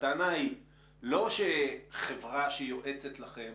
הטענה היא לא שחברה שהיא יועצת לכם